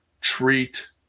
treat